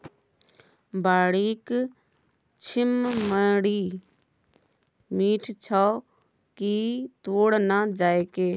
बाड़ीक छिम्मड़ि मीठ छौ की तोड़ न जायके